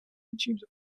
consumes